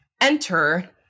Enter